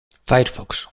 firefox